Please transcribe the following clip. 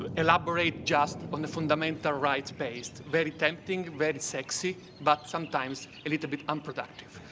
ah elaborate just on the fundamental rights based very tempting, very sexy but sometimes a little bit unproductive.